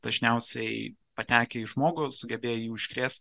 dažniausiai patekę į žmogų sugebėjo jį užkrėst